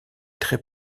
très